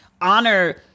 honor